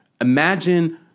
Imagine